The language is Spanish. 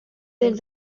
del